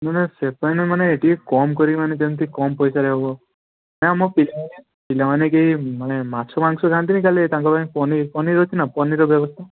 ମାନେ ସେ ପାଇଁ ନା ମାନେ ଟିକେ କମ୍ କରିକି ଯେମିତି କମ୍ ପଇସାରେ ହେବ ନା ଆମ ପିଲାମାନେ ପିଲାମାନେ କେହି ମାନେ ମାଛ ମାଂସ ଖାଆନ୍ତି ନାହିଁ ଖାଲି ତାଙ୍କ ପାଇଁ ପନିର୍ ପନିର୍ ଅଛି ନା ପନିର୍ର ବ୍ୟବସ୍ଥା